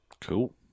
Cool